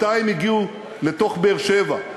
מתי הן הגיעו לתוך באר-שבע?